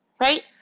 Right